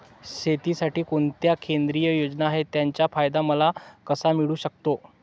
शेतीसाठी कोणत्या केंद्रिय योजना आहेत, त्याचा फायदा मला कसा मिळू शकतो?